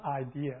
idea